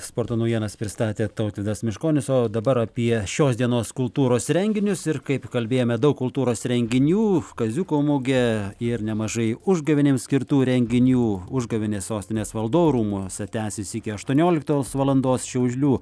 sporto naujienas pristatė tautvydas meškonis o dabar apie šios dienos kultūros renginius ir kaip kalbėjome daug kultūros renginių kaziuko mugę ir nemažai užgavėnėm skirtų renginių užgavėnės sostinės valdovų rūmuose tęsis iki aštuonioiktos valandos šiaulių